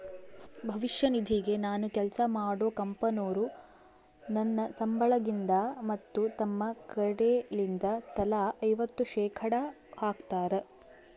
ಭವಿಷ್ಯ ನಿಧಿಗೆ ನಾನು ಕೆಲ್ಸ ಮಾಡೊ ಕಂಪನೊರು ನನ್ನ ಸಂಬಳಗಿಂದ ಮತ್ತು ತಮ್ಮ ಕಡೆಲಿಂದ ತಲಾ ಐವತ್ತು ಶೇಖಡಾ ಹಾಕ್ತಾರ